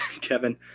Kevin